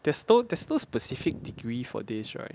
there's no there's no specific degree for this right